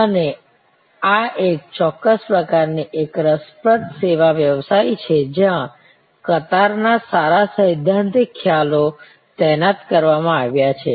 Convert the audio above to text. અને આ એક ચોક્કસ પ્રકારની એક રસપ્રદ સેવા વ્યવસાય છે જ્યાં કતાર ના સારા સૈદ્ધાંતિક ખ્યાલો તૈનાત કરવામાં આવ્યા છે